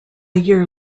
year